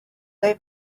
they